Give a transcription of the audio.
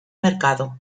mercado